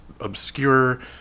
obscure